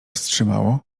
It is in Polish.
wstrzymało